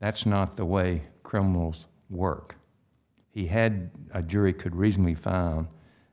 that's not the way criminals work he had a jury could recently found